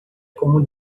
como